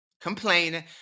complaining